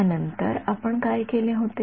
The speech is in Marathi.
त्यानंतर आपण काय केले होते